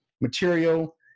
material